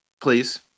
please